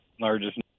largest